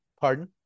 Pardon